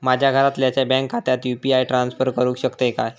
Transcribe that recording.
माझ्या घरातल्याच्या बँक खात्यात यू.पी.आय ट्रान्स्फर करुक शकतय काय?